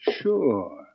Sure